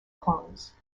clones